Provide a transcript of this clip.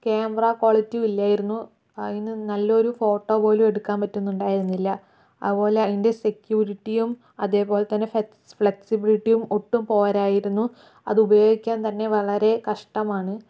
camera quality ഇല്ലായിരുന്നു അതിനു നല്ലൊരു ഫോട്ടോ പോലും എടുക്കാൻ പറ്റുന്നുണ്ടായിരുന്നില്ല അതുപോലെ അതിന്റെ സെക്യൂരിറ്റിയും അതേപോലെ തന്നെ ഫ്ളക്സ്ബിലിറ്റിയും ഒട്ടും പോരായിരുന്നു അത് ഉപയോഗിക്കാൻ തന്നെ വളരെ കഷ്ടമാണ്